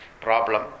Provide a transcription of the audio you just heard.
problem